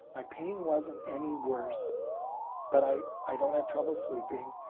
my pain wasn't any worse but i i don't have trouble sleeping.